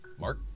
Mark